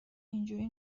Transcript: اینجوری